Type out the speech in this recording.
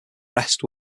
rest